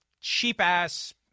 cheap-ass